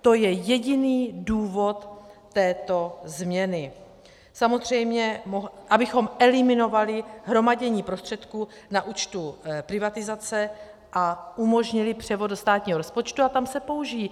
To je jediný důvod této změny, abychom eliminovali hromadění prostředků na účtu privatizace a umožnili převod do státního rozpočtu, a tam se použijí.